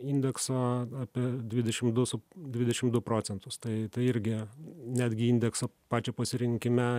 indekso apie dvidešim du su dvidešim du procentus tai irgi netgi indekso pačio pasirinkime